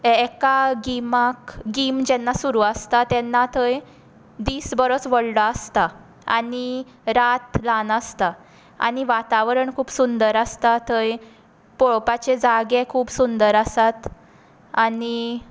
एका गिमाक गीम जेन्ना सुरू आसता तेन्ना थंय दीस बरोच व्हडलो आसता आनी रात ल्हान आसता आनी वातावरण खूब सुंदर आसता थंय पळोवपाचे जागे खूब सुंदर आसात आनी